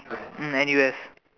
N_U_S